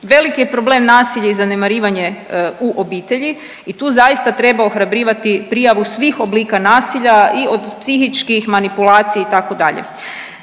Veliki je problem nasilje i zanemarivanje u obitelji i tu zaista treba ohrabrivati prijavu svih oblika nasilja i od psihičkih, manipulacije itd. Nadalje,